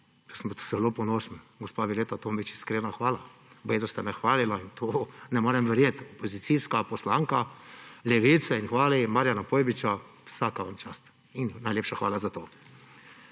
Sem zelo ponosen. Gospa Violeta Tomić, iskreno hvala. Baje, da ste me hvalili, ne morem verjeti. Opozicijska poslanka Levice hvali Marijana Pojbiča, vsaka vam čast in najlepša hvala za to!